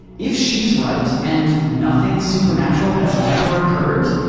if she's right and nothing supernatural has ever occurred,